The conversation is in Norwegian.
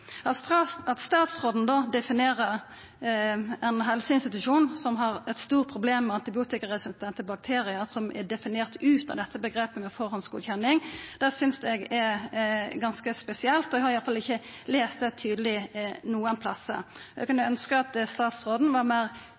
aktuelle helseinstitusjonen.» At statsråden då definerer ein helseinstitusjon som har eit stort problem med antibiotikaresistente bakteriar, ut av dette omgrepet med førehandsgodkjenning, synest eg er ganske spesielt. Eg har i alle fall ikkje lest dette tydeleg nokon stad. Eg kunne ønskja at statsråden var meir